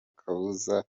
kabuza